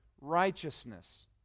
righteousness